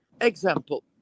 example